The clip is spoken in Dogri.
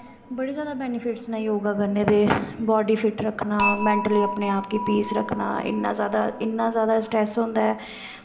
बड़े जादा बैनिफिटस नै योगा करने दे बॉड्डी फिट्ट रक्खना मैन्टली अपने आप गी पीस रक्खना इन्ना जादा स्ट्रैस होंदा ऐ